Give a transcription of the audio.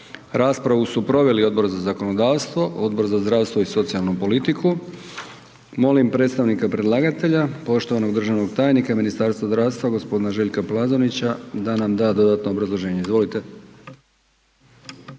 Raspravu su proveli Odbor za zakonodavstvo, Odbor za unutarnju politiku i nacionalnu sigurnost. Molim predstavnika predlagatelja poštovanog državnog tajnika u MUP-u gospodina Žarka Katića da nam da dodatno obrazloženje